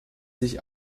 sich